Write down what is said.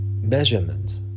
measurement